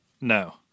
No